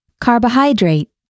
Carbohydrate